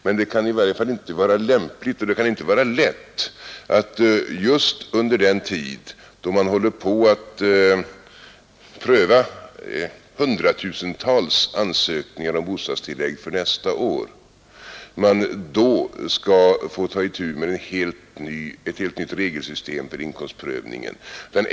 Men det kan i varje fall inte vara lämpligt och det kan inte vara lätt att just under den tid då man håller på att pröva hundratusentals ansökningar om bostadstillägg för nästa år behöva ta itu med ett helt nytt regelsystem för inkomstprövningen.